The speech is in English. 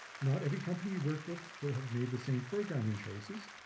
not every company you work with will have made the same programming choices,